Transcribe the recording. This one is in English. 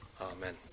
Amen